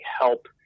help